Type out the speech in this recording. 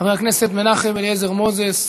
חבר הכנסת מנחם אליעזר מוזס,